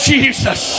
Jesus